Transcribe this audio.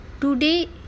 Today